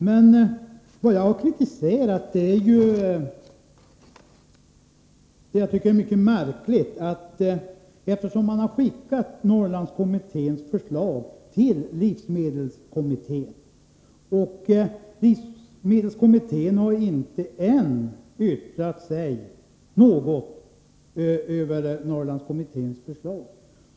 Men jag har kritiserat det som jag tycker är mycket märkligt. Norrlandskommitténs förslag har skickats till livsmedelskommittén, och livsmedelskommittén har ännu inte yttrat sig över detta förslag.